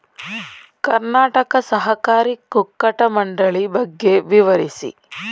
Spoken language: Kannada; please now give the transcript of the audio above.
ಕರ್ನಾಟಕ ಸಹಕಾರಿ ಕುಕ್ಕಟ ಮಂಡಳಿ ಬಗ್ಗೆ ವಿವರಿಸಿ?